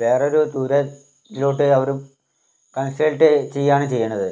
വേറൊരു ദൂരെ ഇതിലോട്ട് അവർ കൺസൾട്ട് ചെയ്യുകയാണ് ചെയ്യണത്